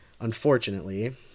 Unfortunately